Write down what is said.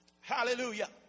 Hallelujah